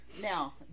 now